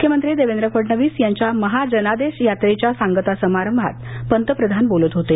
मुख्यमंत्री देवेंद्र फडणविस यांच्या महाजनादेश यात्रेच्या सांगता समारंभात पंतप्रधान बोलत होते